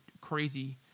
crazy